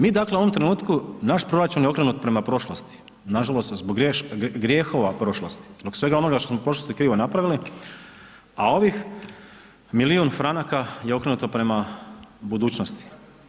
Mi dakle u ovom trenutku, naš proračun je okrenut prema prošlosti, nažalost zbog grijehova prošlosti, zbog svega onoga što smo u prošlosti krivo napravili, a ovih milijun franaka je okrenuto prema budućnosti.